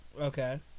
Okay